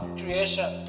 creation